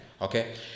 okay